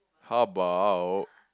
how about